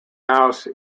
house